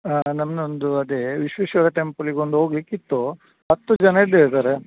ಹಾಂ ನಮ್ಮದೊಂದು ಅದೇ ವಿಶ್ವೇಶ್ವರ ಟೆಂಪಲಿಗೆ ಒಂದು ಹೋಗ್ಲಿಕ್ಕೆ ಇತ್ತು ಹತ್ತು ಜನ ಇದ್ದೇವೆ ಸರ್ರ